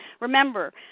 Remember